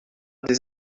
des